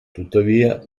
tuttavia